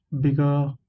bigger